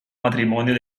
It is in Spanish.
matrimonio